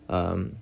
um